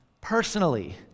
personally